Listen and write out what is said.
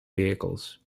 vehicles